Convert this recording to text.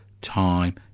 time